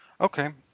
Okay